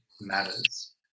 matters